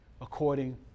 according